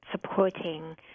supporting